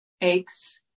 aches